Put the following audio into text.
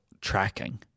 tracking